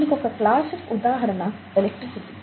దీనికి ఒక క్లాసిక్ ఉదాహరణ ఎలక్ట్రిసిటీ